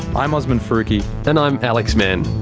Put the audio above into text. i'm osman faruqi. and i'm alex mann.